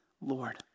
Lord